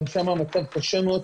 גם שם המצב קשה מאוד,